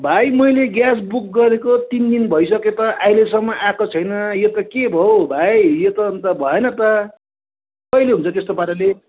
भाइ मैले gas book गरेको तिन दिन भइसक्यो त अहिलेसम्म आएको छैन यो त के भयो हौ भाइ यो त अन्त भएन त कहिले हुन्छ त्यस्तो पाराले